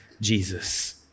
Jesus